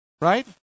right